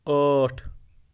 ٲٹھ